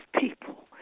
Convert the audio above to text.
people